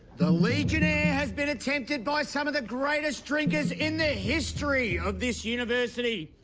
the legionnaire has been attempted by some of the greatest drinkers in the history of this university,